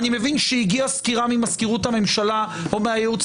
אני מבין שהגיעה סקירה ממזכירות הממשלה או מהייעוץ